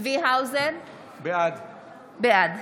צבי האוזר, בעד